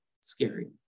Scary